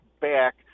back